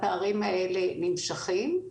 והפערים האלה נמשכים.